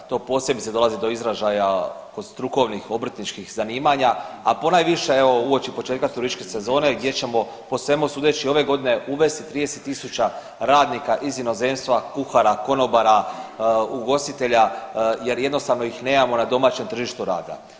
To posebice dolazi do izražaja kod strukovnih obrtničkih zanimanja, a ponajviše uoči početka turističke sezone gdje ćemo po svemu sudeći ove godine uvesti 30.000 radnika iz inozemstva kuhara, konobara, ugostitelja jer jednostavno ih nemamo na domaćem tržištu rada.